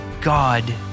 God